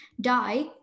die